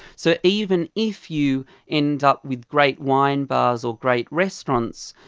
so even if you end up with great wine bars or great restaurants,